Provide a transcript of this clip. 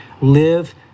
live